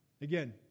Again